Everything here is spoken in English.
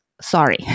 sorry